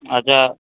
अच्छा